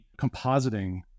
compositing